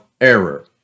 error